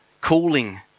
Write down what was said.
cooling